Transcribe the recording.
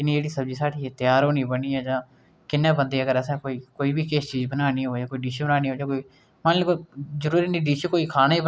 फिर इत्थें कबीर दास होर बैठे दे कबीर दास होर आक्खन लगे कि आजादी जेह्ड़ी ऐ एह् सारी कलह पेदी समाज च एह्दा कारण एह् ऐ